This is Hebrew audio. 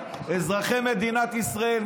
אזרחי מדינת ישראל,